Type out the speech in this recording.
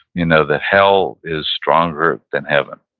you know that hell is stronger than heaven,